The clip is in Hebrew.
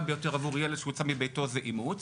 ביותר עבור ילד שהוצא מביתו זה אימוץ,